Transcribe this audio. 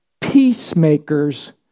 peacemakers